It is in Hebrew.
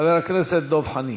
חבר הכנסת דב חנין.